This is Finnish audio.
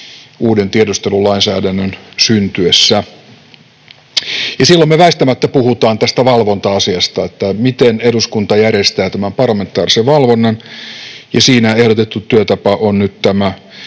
uuden tiedustelulainsäädännön syntyessä. Silloin me väistämättä puhumme tästä valvonta-asiasta, miten eduskunta järjestää tämän parlamentaarisen valvonnan, ja siinä ehdotettu työtapa on nyt tämä